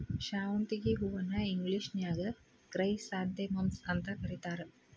ಶಾವಂತಿಗಿ ಹೂವನ್ನ ಇಂಗ್ಲೇಷನ್ಯಾಗ ಕ್ರೈಸಾಂಥೆಮಮ್ಸ್ ಅಂತ ಕರೇತಾರ